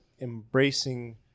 embracing